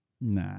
Nah